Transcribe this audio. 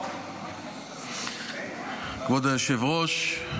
כבוד היושב-ראש,